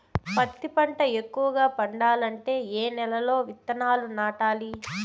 పత్తి పంట ఎక్కువగా పండాలంటే ఏ నెల లో విత్తనాలు నాటాలి?